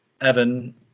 Evan